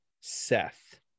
Seth